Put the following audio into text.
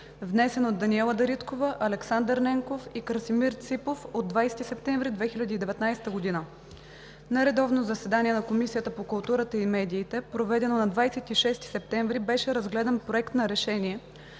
внесен от Даниела Дариткова, Александър Ненков и Красимир Ципов на 20 септември 2019 г. На редовно заседание на Комисията по културата и медиите, проведено на 26 септември 2019 г., беше разгледан Проект на решение